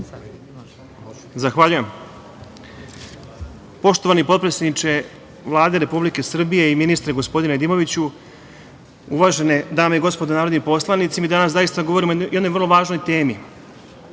Zahvaljujem. Poštovani potpredsedniče Vlade Republike Srbije i ministre gospodine Nedimoviću, uvažene dame i gospodo narodni poslanici, mi danas zaista govorimo o jednoj vrlo važnoj temi,